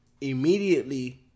Immediately